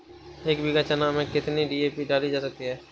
एक बीघा चना में कितनी डी.ए.पी डाली जा सकती है?